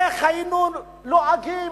איך היינו נוהגים,